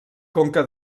conca